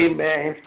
Amen